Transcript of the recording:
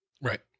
Right